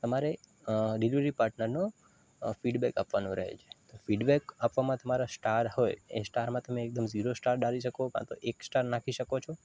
તમારે ડીલિવરી પાર્ટનરનો ફીડબેક આપવાનો રહે છે ફીડબેક આપવામાં તમારા સ્ટાર હોય એ સ્ટારમાં તમે એકદમ ઝીરો સ્ટાર ડાલી શકો કાં તો એક સ્ટાર નાખી શકો છો